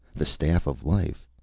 the staff of life.